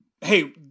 hey